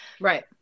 right